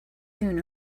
soon